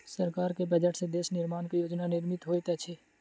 सरकार के बजट से देश निर्माण के योजना निर्मित होइत अछि